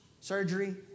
surgery